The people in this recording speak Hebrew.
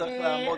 וצריך לעמוד לפיה.